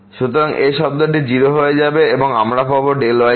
সুতরাং এই শব্দটি 0 হয়ে যাবে এবং আমরা পাব y3y2